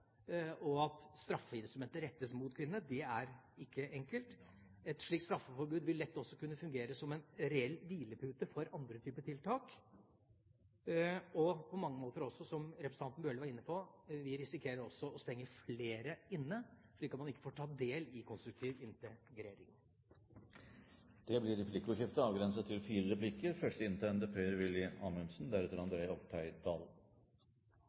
At straffeinstrumentet rettes mot kvinnene, det er ikke enkelt. Et slikt straffeforbud vil også lett kunne fungere som en reell hvilepute for andre type tiltak. Og som representanten Bøhler var inne på, risikerer vi også på mange måter å stenge flere inne, slik at man ikke får ta del i konstruktiv integrering. Det blir replikkordskifte. Jeg skal ikke prøve å gjøre dette til